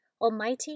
Almighty